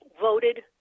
voted